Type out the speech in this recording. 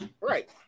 Right